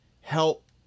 help